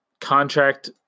contract